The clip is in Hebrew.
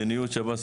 מדיניות שב"ס,